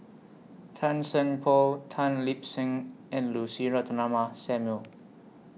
Tan Seng Poh Tan Lip Seng and Lucy Ratnammah Samuel